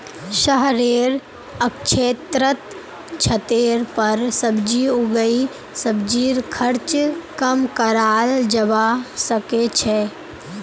शहरेर क्षेत्रत छतेर पर सब्जी उगई सब्जीर खर्च कम कराल जबा सके छै